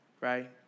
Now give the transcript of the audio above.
right